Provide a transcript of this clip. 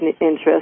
interest